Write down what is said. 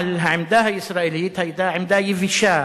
אבל העמדה הישראלית היתה עמדה יבשה,